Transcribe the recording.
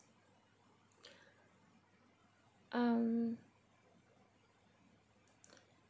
um